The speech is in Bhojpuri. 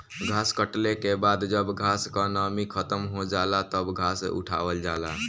घास कटले के बाद जब घास क नमी खतम हो जाला तब घास उठावल जाला